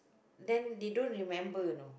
then they don't remember know